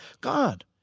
God